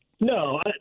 No